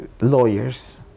lawyers